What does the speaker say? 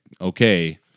okay